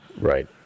Right